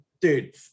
dude